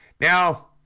Now